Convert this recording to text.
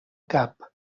cap